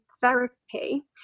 therapy